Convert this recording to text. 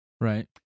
Right